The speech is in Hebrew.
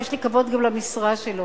ויש לי כבוד גם למשרה שלו.